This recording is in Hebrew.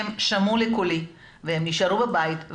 הם שמעו בקולי והם נשארו בבית.